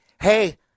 hey